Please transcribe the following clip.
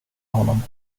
honom